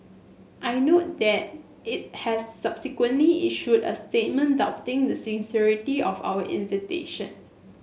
I note that it has subsequently issued a statement doubting the sincerity of our invitation